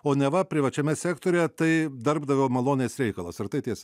o neva privačiame sektoriuje tai darbdavio malonės reikalas ar tai tiesa